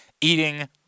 eating